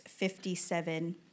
57